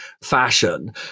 fashion